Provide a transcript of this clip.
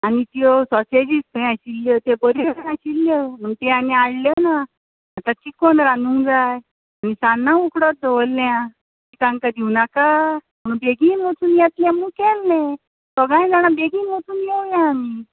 आनी त्यो सोसेजीय थंय आसल्यो त्यो बऱ्यो नाशिल्ल्यो म्हूण ती आनी हाडल्यो नात आतां चिकोन रादूंक जाय आनी सान्ना उकडोत दवरल्यां ती तांका दिंवनाका म्हूण बेगीन वचोन येतलें म्हूण केल्ले दोगाय जाणा बेगीन वचोन येवया आमी